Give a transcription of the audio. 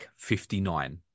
59